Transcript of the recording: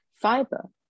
Fiber